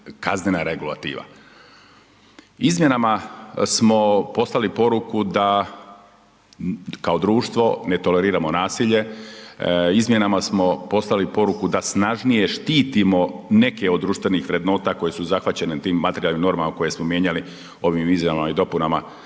Izmjenama smo poslali poruku da kao društvo ne toleriramo nasilje, izmjenama smo poslali poruku da snažnije štitimo neke od društvenih vrednota koje su zahvaćene tim materijalnim normama koje smo mijenjali ovim izmjenama i dopunama